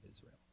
Israel